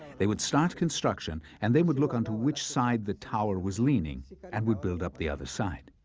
they would start construction and they would look onto which side the tower was leaning and would build up the other side.